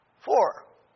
Four